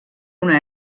una